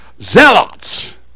zealots